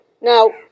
Now